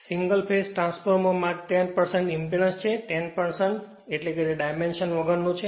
single phase ટ્રાન્સફોર્મરમાં 10 impedance છે 10 એટલે કે તે ડાયમેન્શન વગરનો છે